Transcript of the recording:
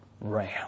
ram